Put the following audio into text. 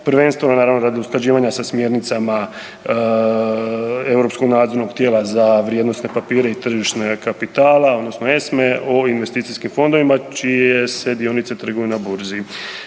prvenstveno naravno radi usklađivanja sa smjernicama europskog nadzornog tijela za vrijednosne papire i tržište kapitala odnosno ESMA-e o investicijskim fondovima čije se dionice trguju na burzi.